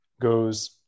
goes